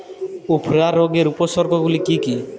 উফরা রোগের উপসর্গগুলি কি কি?